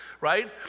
right